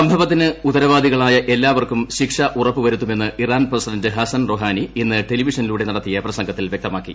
സംഭവത്തിന് ഉത്തരവാദികളായ എല്ലാവർക്കും ശിക്ഷ ഉറപ്പു വരുത്തുമെന്ന് ഇറാൻ പ്രസിഡന്റ് ഹസ്സൻ റൊഹാനി ഇന്ന് ട്ടെലിവിഷനിലൂടെ നടത്തിയ പ്രസംഗത്തിൽ വൃക്തമാക്കി